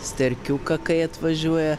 sterkiuką kai atvažiuoja